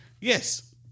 Yes